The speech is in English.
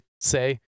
say